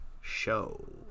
show